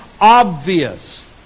obvious